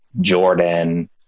Jordan